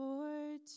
Lord